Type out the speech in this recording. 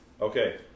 Okay